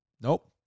Nope